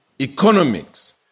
economics